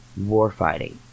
warfighting